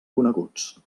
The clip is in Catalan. coneguts